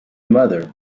mother